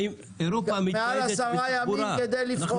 מעל 10 ימים כדי לפרוק סחורה.